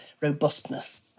robustness